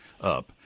up